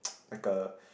like a